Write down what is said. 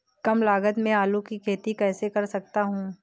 कम लागत में आलू की खेती कैसे कर सकता हूँ?